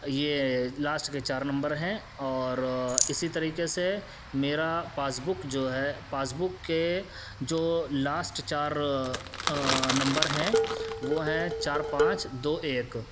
یہ لاسٹ کے چار نمبر ہیں اور اسی طریقے سے میرا پاسبک جو ہے پاسبک کے جو لاسٹ چار نمبر ہیں وہ ہیں چار پانچ دو ایک